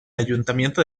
ayuntamiento